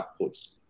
outputs